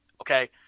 Okay